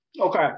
okay